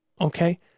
okay